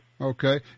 Okay